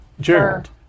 Gerald